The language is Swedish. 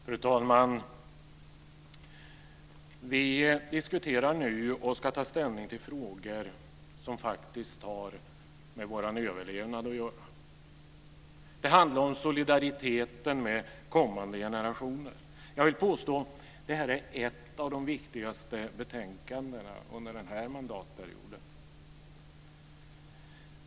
Fru talman! Vi diskuterar nu och ska ta ställning till frågor som har med vår överlevnad att göra. Det handlar om solidariteten med kommande generationer. Jag vill påstå att det här är ett av de viktigaste betänkandena under den här mandatperioden.